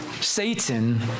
Satan